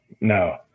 no